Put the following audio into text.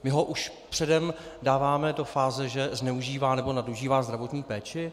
My ho už předem dáváme do fáze, že zneužívá nebo nadužívá zdravotní péči?